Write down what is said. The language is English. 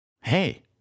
hey